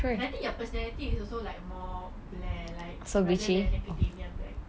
and I think your personality is more blair like rather than academia like